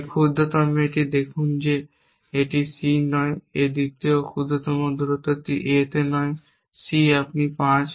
এই ক্ষুদ্রতমে এটি দেখুন যে একটি C এ নয় দ্বিতীয় ক্ষুদ্রতম দূরত্বটি A তে নয় C এ আপনি 5